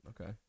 Okay